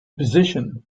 position